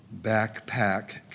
backpack